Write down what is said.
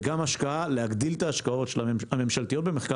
וגם להגדיל את ההשקעות הממשלתיות במחקר